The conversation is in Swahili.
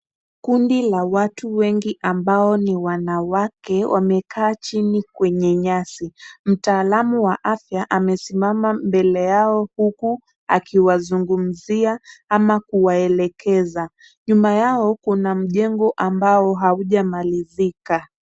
Kundi la watu wengi ambao ni wanawake wamekaa chini kwenye nyasi. Mtaalamu wa afya amesimama mbele yao huku akiwazungumzia ama kuwaelekeza. Nyuma yao kuna mjengo ambao haujamalizika.